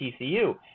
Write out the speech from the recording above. TCU